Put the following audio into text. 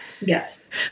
Yes